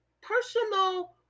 personal